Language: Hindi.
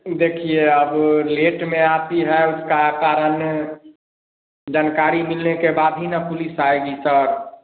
वह देखिए अब लेट में आती है उसका कारण जनकारी मिलने के बाद ही ना पुलिस आएगी सर